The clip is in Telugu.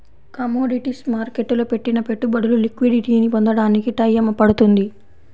కమోడిటీస్ మార్కెట్టులో పెట్టిన పెట్టుబడులు లిక్విడిటీని పొందడానికి టైయ్యం పడుతుంది